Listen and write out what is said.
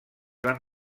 van